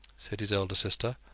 said his elder sister,